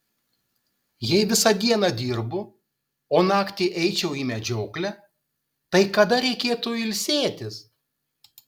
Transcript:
jei visą dieną dirbu o naktį eičiau į medžioklę tai kada reikėtų ilsėtis